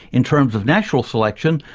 in terms of natural selection,